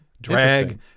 drag